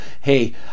hey